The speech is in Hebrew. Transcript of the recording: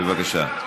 בבקשה.